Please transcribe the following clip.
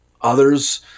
Others